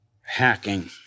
Hacking